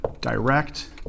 direct